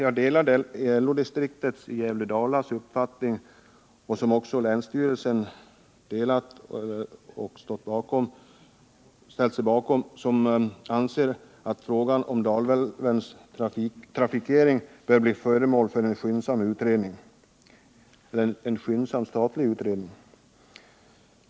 Jag delar LO-distriktets i Gävle-Dala uppfattning, vilken även länsstyrelsen ställt sig bakom, att frågan om Dalälvens trafikering bör bli föremål för en skyndsam statlig utredning.